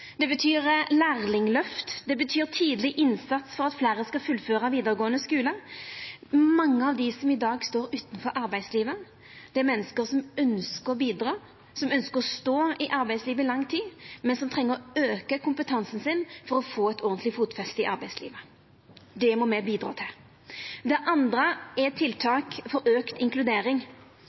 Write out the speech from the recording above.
Det betyr eit lærlingløft. Det betyr tidleg innsats for at fleire skal fullføra vidaregåande skule. Mange av dei som i dag står utanfor arbeidslivet, er menneske som ønskjer å bidra, som ønskjer å stå i arbeidslivet i lang tid, men som treng å auka kompetansen sin for å få eit ordentleg fotfeste i arbeidslivet. Det må me bidra til. Det andre er tiltak for auka inkludering.